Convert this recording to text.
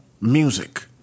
music